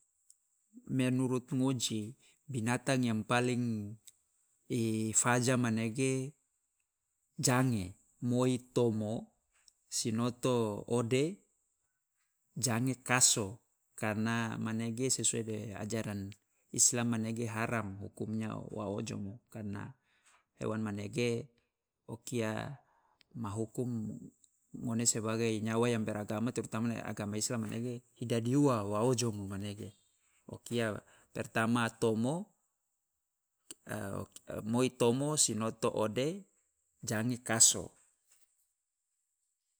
Menurut ngoji, binatang yang paling i faja manege jange. Moi, tomo, sinoto ode, jange kaso. Karena manege sesuai de ajaran islam manege haram hukumnya wa ojomo, karena hewan manege o kia ma hukum ngone sebagai nyawa yang beragama terutama agama islam manege i dadi ua wa ojomo manege, o kia pertama tomo moi tomo, sinoto ode, jange kaso.